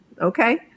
Okay